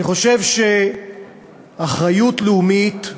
אני חושב שאחריות לאומית,